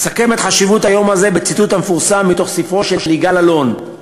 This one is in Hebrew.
אסכם את חשיבות היום הזה בציטוט המפורסם מספרו של יגאל אלון: